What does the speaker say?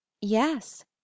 Yes